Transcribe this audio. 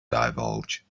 divulge